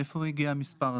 מאיפה מגיע המספר הזה?